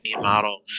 model